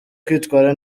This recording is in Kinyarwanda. kwitwara